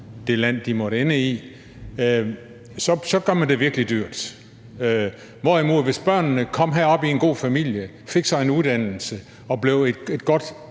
det land, de måtte ende i, så gør man det virkelig dyrt. Hvorimod børnene, hvis de kom herop i en god familie og fik sig en uddannelse, kunne blive et godt